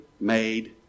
made